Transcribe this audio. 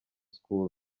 school